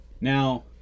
Now